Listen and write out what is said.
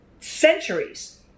centuries